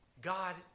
God